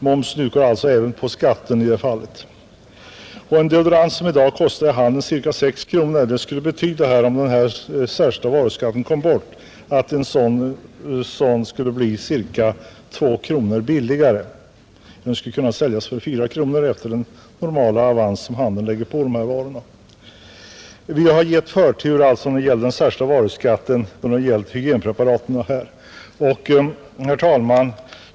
Momsen utgår alltså även på skatten i detta fall. För en deodorant som i dag i handeln kostar ca 6 kronor skulle det betyda, om den särskilda varuskatten kom bort, att den skulle bli cirka 2 kronor billigare, Den skulle då kunna säljas för 4 kronor efter den normala avans som handeln lägger på dessa varor. Vi har alltså givit förtur för hygienpreparat när det gällt undantag från den särskilda varuskatten.